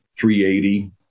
380